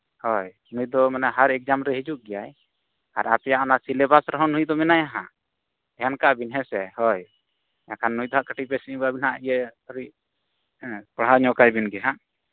ᱦᱳᱭ ᱱᱩᱭ ᱫᱚ ᱦᱟᱨ ᱮᱠᱡᱟᱢ ᱨᱮᱭ ᱦᱤᱡᱩᱜ ᱜᱮᱭᱟᱭ ᱟᱨ ᱟᱯᱮᱭᱟᱜ ᱚᱱᱟ ᱥᱤᱞᱮᱵᱟᱥ ᱨᱮᱦᱚᱸ ᱱᱩᱭ ᱫᱚ ᱢᱮᱱᱟᱭᱟ ᱦᱟᱸᱜ ᱫᱷᱮᱭᱟᱱ ᱠᱟᱭ ᱵᱤᱱ ᱦᱮᱸᱥᱮ ᱦᱳᱭ ᱮᱱᱠᱷᱟᱱ ᱱᱩᱭ ᱫᱚ ᱦᱟᱸᱜ ᱠᱟᱹᱴᱤᱡ ᱵᱮᱥ ᱧᱚᱜ ᱦᱟᱸᱜ ᱤᱭᱟᱹ ᱯᱟᱲᱦᱟᱣ ᱧᱚᱜ ᱠᱟᱭ ᱵᱤᱱ ᱦᱟᱸᱜ